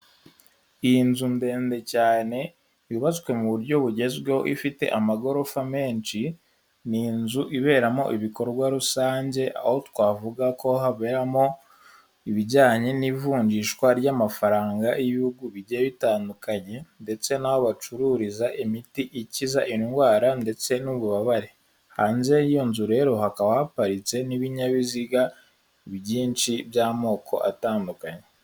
Iyi nzu ndende cyane yubatswe mu buryo bugezweho ifite amagorofa menshi, ni inzu iberamo ibikorwa rusange aho twavuga ko haberamo ibijyanye n'ivunjishwa ry'amafaranga y'ibihugu bijyiye bitandukanye ndetse n'aho bacururiza imiti ikiza indwara ndetse n'ububabare, hanze y'iyo nzu rero hakaba haparitse n'ibinyabiziga byinshi by'amoko atandukanye.